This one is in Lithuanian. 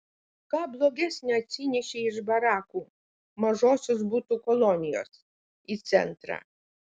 ką blogesnio atsinešei iš barakų mažosios butų kolonijos į centrą